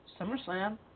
SummerSlam